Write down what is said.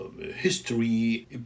history